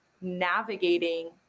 navigating